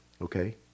okay